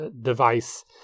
device